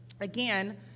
again